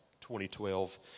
2012